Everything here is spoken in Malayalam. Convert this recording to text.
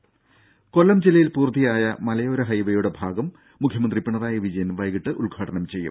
രുര കൊല്ലം ജില്ലയിൽ പൂർത്തിയായ മലയോര ഹൈവേയുടെ ഭാഗം മുഖ്യമന്ത്രി പിണറായി വിജയൻ വൈകീട്ട് ഉദ്ഘാടനം ചെയ്യും